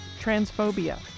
transphobia